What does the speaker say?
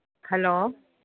hello